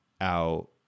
out